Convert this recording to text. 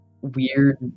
weird